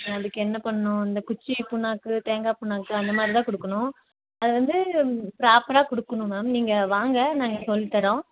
அதுக்கு என்ன பண்ணும் இந்த குச்சி புன்னாக்கு தேங்காய் புன்னாக்கு அந்த மாதிரி தான் கொடுக்கணும் அது வந்து ப்ராப்பராக கொடுக்கணும் மேம் நீங்கள் வாங்க நாங்கள் சொல்லி தரோம்